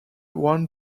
one